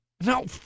No